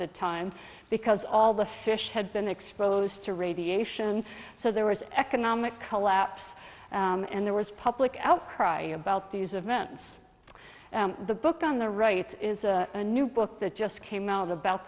the time because all the fish had been exposed to radiation so there was economic collapse and there was public outcry about the use of events the book on the right it's a new book that just came out about